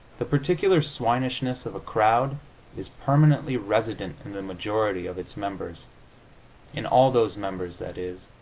the particular swinishness of a crowd is permanently resident in the majority of its members in all those members, that is,